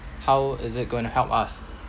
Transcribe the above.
how is it going to help us